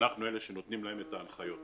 ואנחנו אלה שנותנים להם את ההנחיות.